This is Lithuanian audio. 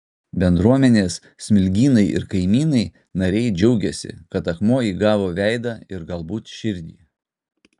bendruomenės smilgynai ir kaimynai nariai džiaugiasi kad akmuo įgavo veidą ir galbūt širdį